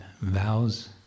vows